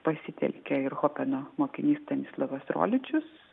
pasitelkia ir chopeno mokinys stanislovas roličius